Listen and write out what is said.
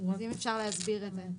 אם אפשר להסביר את זה.